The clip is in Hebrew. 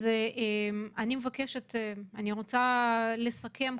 אני מבקשת לסכם.